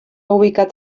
ubicat